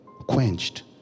quenched